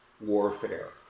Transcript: warfare